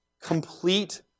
complete